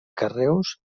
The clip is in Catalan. carreus